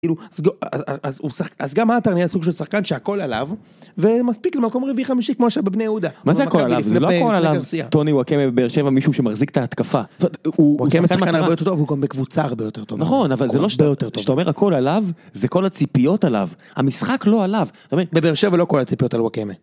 אז גם עטר נהיה סוג של שחקן שהכל עליו ומספיק למקום רביעי חמישי כמו שבבני יהודה. מה זה הכל עליו? זה לא הכל עליו טוני וואקמה בבאר-שבע מישהו שמחזיק את ההתקפה. הוא שחקן הרבה יותר טוב, הוא גם בקבוצה הרבה יותר טובה. נכון אבל זה לא. שאתה אומר הכל עליו זה כל הציפיות עליו, המשחק לא עליו. בבאר-שבע לא כל הציפיות על וואקמה.